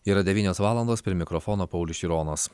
yra devynios valandos prie mikrofono paulius šironas